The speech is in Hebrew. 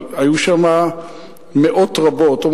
אבל היו שם מאות רבות,